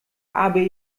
habe